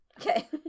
Okay